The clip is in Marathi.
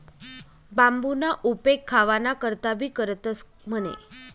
बांबूना उपेग खावाना करता भी करतंस म्हणे